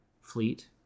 Fleet